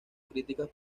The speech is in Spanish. críticas